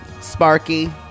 Sparky